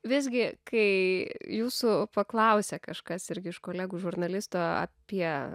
visgi kai jūsų paklausia kažkas irgi iš kolegų žurnalistų apie